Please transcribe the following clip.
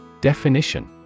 Definition